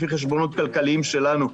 לפי חשבונות כלכליים שלנו,